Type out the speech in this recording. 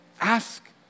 Ask